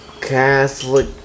Catholic